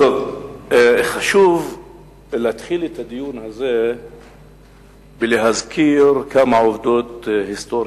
חשוב להתחיל את הדיון הזה בלהזכיר כמה עובדות היסטוריות.